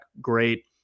great